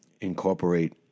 incorporate